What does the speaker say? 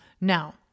Now